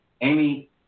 Amy